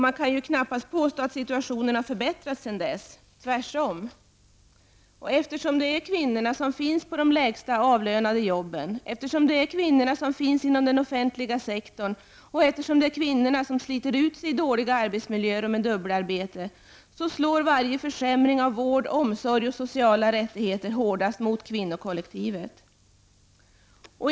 Man kan knappast påstå att situationen har förbättrats sedan dess -- tvärtom. Eftersom det är kvinnorna som finns på de lägst avlönade jobben, eftersom det är kvinnorna som finns inom den offentliga sektorn och eftersom det är kvinnorna som sliter ut sig i dåliga arbetsmiljöer och med dubbelarbete, slår varje försämring av vård, omsorg och sociala rättigheter hårdast mot kvinnokollektivet.